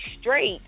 straight